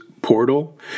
portal